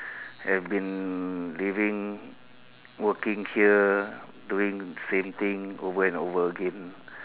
I've been living working here doing same thing over and over again